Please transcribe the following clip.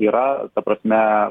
yra ta prasme